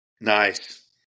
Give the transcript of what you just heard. Nice